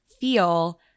feel